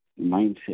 mindset